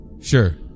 Sure